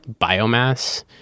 biomass